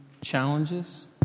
challenges